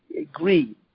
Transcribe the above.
agree